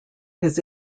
his